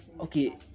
Okay